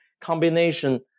combination